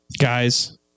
guys